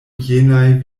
jenaj